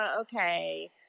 okay